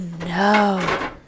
no